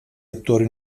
attori